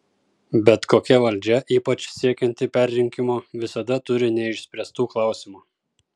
bet kokia valdžia ypač siekianti perrinkimo visada turi neišspręstų klausimų